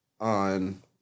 on